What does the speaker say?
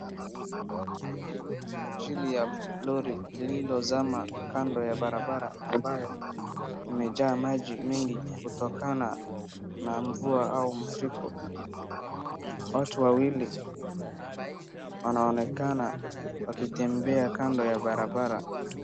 Ajali ya lori lililozama kando ya barabara ambayo imejaa maji mingi kutokana na mvua au mafuriko. Watu wawili wanaonekana wakitembea kando ya barabara.